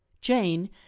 Jane